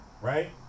right